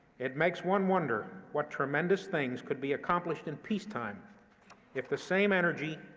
it makes one wonder what tremendous things could be accomplished in peacetime if the same energy,